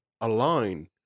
align